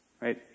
right